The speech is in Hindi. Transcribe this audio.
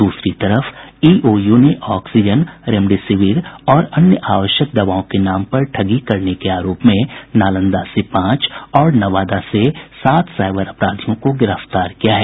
दूसरी तरफ ईओयू ने ऑक्सीजन रेमडेसिविर और अन्य आवश्यक दवाओं के नाम पर ठगी करने के आरोप में नालंदा से पांच और नवादा से सात साइबर अपराधियों को गिरफ्तार किया है